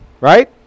right